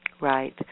Right